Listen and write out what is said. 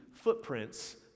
footprints